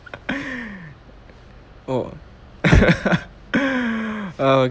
oh uh